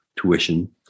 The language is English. tuition